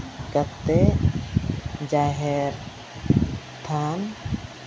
ᱠᱟᱛᱮᱫ ᱡᱟᱦᱮᱨ ᱛᱷᱟᱱ